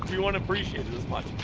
we wouldn't appreciate it as much!